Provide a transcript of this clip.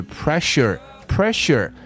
pressure,pressure